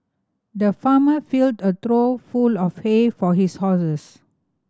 the farmer filled a trough full of hay for his horses